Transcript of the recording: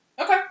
Okay